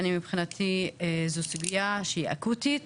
מבחינתי, זוהי סוגיה חשובה ואקוטית.